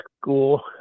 school